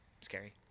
scary